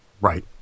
Right